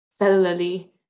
cellularly